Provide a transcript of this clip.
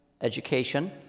education